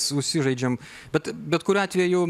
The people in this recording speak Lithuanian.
susižaidžiam bet betkuriuo atveju